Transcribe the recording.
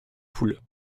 poule